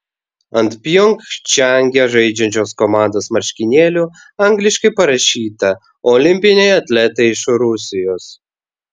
ant pjongčange žaidžiančios komandos marškinėlių angliškai parašyta olimpiniai atletai iš rusijos